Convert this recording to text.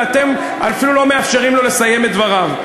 ואתם אפילו לא מאפשרים לו לסיים את דבריו.